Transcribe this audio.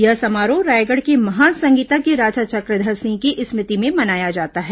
यह समारोह रायगढ़ के महान संगीतज्ञ राजा चक्रधर सिंह की स्मृति में मनाया जाता है